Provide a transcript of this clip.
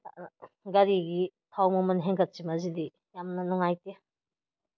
ꯒꯥꯔꯤꯒꯤ ꯊꯥꯎ ꯃꯃꯟ ꯍꯦꯟꯒꯠꯄꯁꯤ ꯃꯁꯤꯗꯤ ꯌꯥꯝꯅ ꯅꯨꯡꯉꯥꯏꯇꯦ